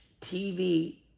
TV